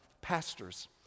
pastors